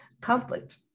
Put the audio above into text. conflict